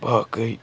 باقٕے